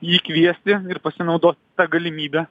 jį kviesti ir pasinaudoti ta galimybe